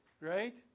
right